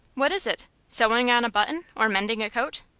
what is it sewing on a button, or mending a coat?